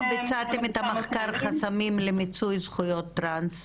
ביצעתם את מחקר החסמים למיצוי זכויות טרנס?